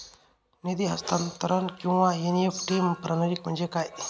निधी हस्तांतरण किंवा एन.ई.एफ.टी प्रणाली म्हणजे काय?